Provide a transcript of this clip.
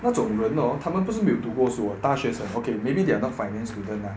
那种人 hor 他们不是没有读过书哦大学生 okay maybe they are not finance student lah